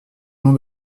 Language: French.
nom